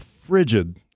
frigid